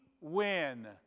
win